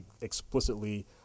explicitly